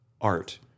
art